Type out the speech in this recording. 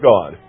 God